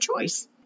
choice